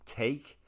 take